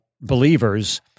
Believers